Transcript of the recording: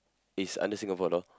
is under Singapore law